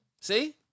See